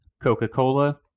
Coca-Cola